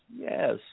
yes